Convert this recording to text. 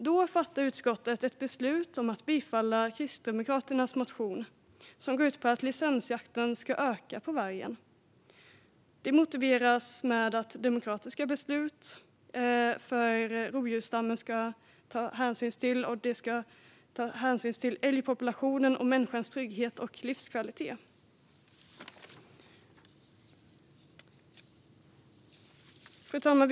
Då fattar utskottet beslut om att tillstyrka en motion från Kristdemokraterna som går ut på att licensjakten på varg ska öka. Detta motiveras med att det ska tas hänsyn till demokratiska beslut om rovdjursstammen, till älgpopulationen och till människans trygghet och livskvalitet. Fru talman!